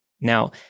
Now